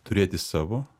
turėti savo